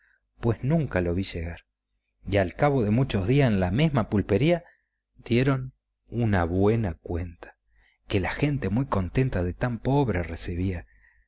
pues nunca lo vi llegar y al cabo de muchos días en la mesma pulpería dieron una güena cuenta que la gente muy contenta de tan pobre recibía